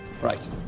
Right